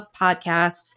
podcasts